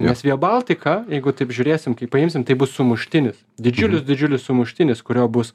nes via baltica jeigu taip žiūrėsim kai paimsim tai bus sumuštinis didžiulis didžiulis sumuštinis kurio bus